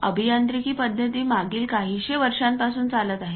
अभियांत्रिकी पद्धती मागील काहीशे वर्षांपासून चालत आहे